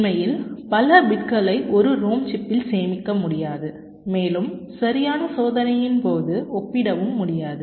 உண்மையில் பல பிட்களை ஒரு ரோம் சிப்பில் சேமிக்க முடியாது மேலும் சரியான சோதனையின் போது ஒப்பிடவும் முடியாது